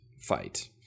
fight